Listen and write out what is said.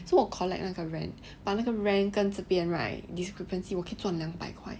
so 我 collect 那个 rent 把那个 rent 这边 right discrepancy 我可以赚两百块